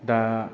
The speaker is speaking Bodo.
दा